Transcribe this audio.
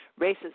racism